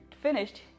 finished